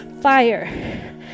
fire